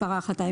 ההנחיה.